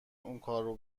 اونکارو